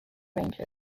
ranges